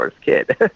kid